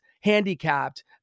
handicapped